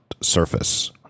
Surface